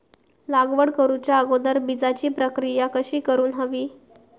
लागवड करूच्या अगोदर बिजाची प्रकिया कशी करून हवी?